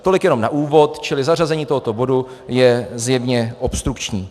Tolik jenom na úvod, čili zařazení tohoto bodu je zjevně obstrukční.